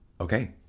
Okay